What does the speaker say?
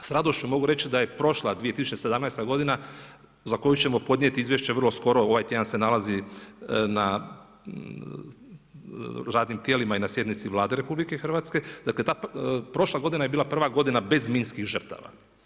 S radošću mogu reći da je prošla 2017. godina, za koju ćemo podnijeti izvješće vrlo skoro, ovaj tjedan se nalazi na radnim tijelima i na sjednici Vlade RH, dakle, ta prošla godina je bila prva godina bez minski žrtava.